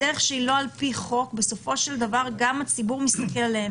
בדרך שהיא לא על פי חוק הרי הציבור רואה את זה